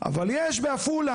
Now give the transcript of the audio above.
אבל יש בעפולה.